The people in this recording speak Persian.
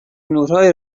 نورهای